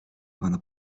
pana